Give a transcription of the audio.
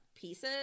pieces